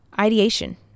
ideation